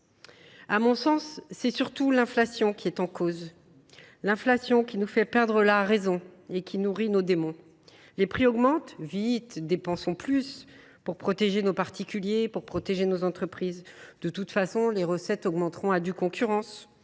À mon sens, c’est surtout l’inflation qui est en cause, elle qui nous fait perdre la raison et qui nourrit nos démons. Les prix augmentent ? Vite, dépensons plus pour protéger les particuliers et les entreprises, car, de toute façon, les recettes augmenteront à due concurrence